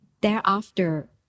Thereafter